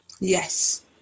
yes